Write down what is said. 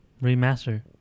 remaster